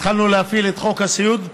התחלנו להפעיל את חוק הסיעוד.